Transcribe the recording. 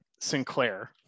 Sinclair